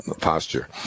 posture